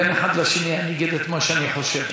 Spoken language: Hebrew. בין אחד לשני אני אגיד את מה שאני חושב.